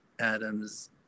adam's